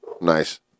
Nice